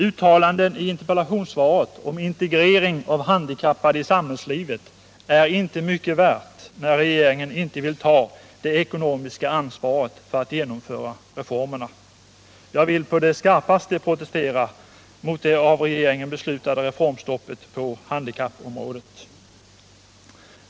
Uttalandena i interpellationssvaret om ”integrering av de handikappade i samhällslivet” är inte mycket värda när regeringen inte vill ta det ekonomiska ansvaret för att genomföra reformerna. Jag vill på det skarpaste protestera mot det av regeringen beslutade reformstoppet på handikappområdet.